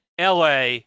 LA